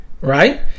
right